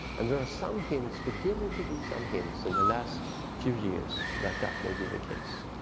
and there are some hints, beginning to be some hints in the last few years that that may be the case.